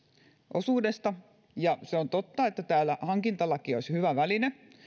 osuudesta ja se on totta että täällä hankintalaki olisi hyvä väline